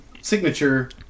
signature